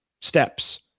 steps